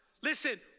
Listen